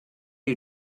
you